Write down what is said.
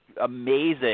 amazing –